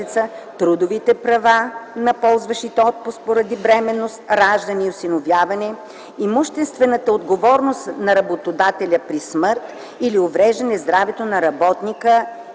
трудовите права на ползващите отпуск поради бременност, раждане и осиновяване, имуществената отговорност на работодателя при смърт или увреждане здравето на работника